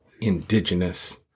indigenous